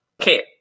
Okay